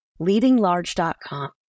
leadinglarge.com